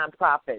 nonprofits